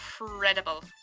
incredible